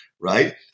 right